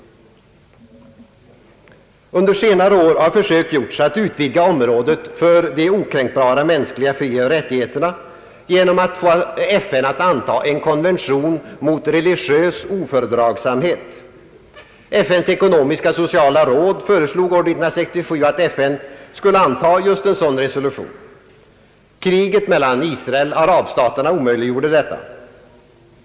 Under senare år har försök gjorts att utvidga området för de okränkbara mänskliga frioch rättigheterna genom att få FN att anta en konvention mot religiös ofördragsamhet. FN:s ekonomiska och sociala råd föreslog år 1967 att FN skulle anta just en sådan resolution. Kriget mellan Israel och arabstaterna omöjliggjorde detta.